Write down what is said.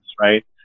right